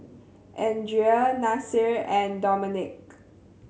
Andria Nasir and Dominick